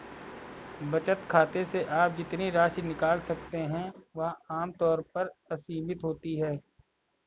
बचत खाते से आप जितनी राशि निकाल सकते हैं वह आम तौर पर असीमित होती है